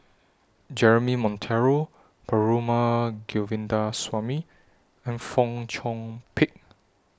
Jeremy Monteiro Perumal Govindaswamy and Fong Chong Pik